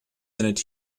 and